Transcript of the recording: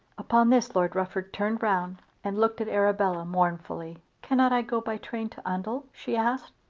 upon this lord rufford turned round and looked at arabella mournfully. cannot i go by train to oundle? she asked.